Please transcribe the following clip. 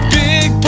big